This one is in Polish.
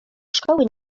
szkoły